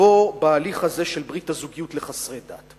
לבוא בהליך הזה של ברית הזוגיות לחסרי דת.